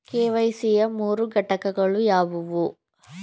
KYC ಯ ಮೂರು ಘಟಕಗಳು ಯಾವುವು?